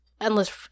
Endless